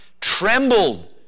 trembled